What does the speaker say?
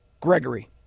Gregory